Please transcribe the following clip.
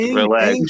relax